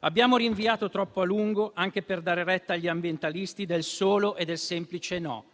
Abbiamo rinviato troppo a lungo, anche per dare retta agli ambientalisti del solo e del semplice no.